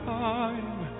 time